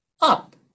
up